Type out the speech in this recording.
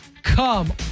Come